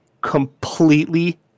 completely